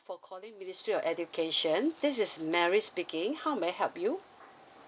for calling ministry of education this is mary speaking how may I help you